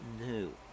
new